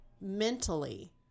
mentally